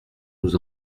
nous